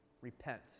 repent